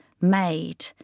made